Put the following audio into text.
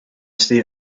state